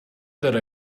that